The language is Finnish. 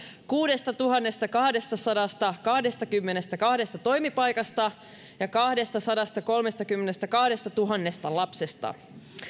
kuudestatuhannestakahdestasadastakahdestakymmenestäkahdesta toimipaikasta ja kahdestasadastakolmestakymmenestäkahdestatuhannesta lapsesta